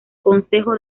consejo